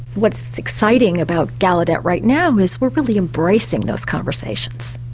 what's exciting about gallaudet right now is we're really embracing those conversations.